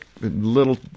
little